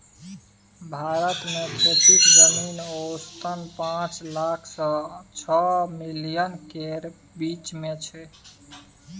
भारत मे खेतीक जमीन औसतन पाँच लाख सँ छअ मिलियन केर बीच मे छै